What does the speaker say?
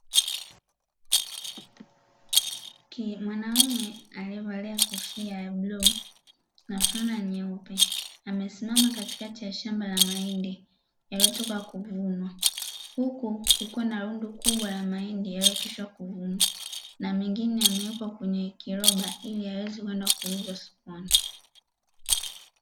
Mwanaume aliyevalia kofia ya bluu na fulana nyeupe, amesimama katikati ya shamba la mahindi yaliyotoka kuvunwa, huku kukiwa na rundo kubwa la mahindi yaliyokwisha kuvunwa, na mengine yamewekwa kwenye kiroba, ili yaweze kwenda kuuzwa sokoni.